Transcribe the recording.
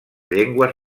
llengües